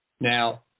Now